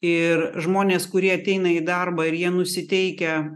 ir žmonės kurie ateina į darbą ir jie nusiteikę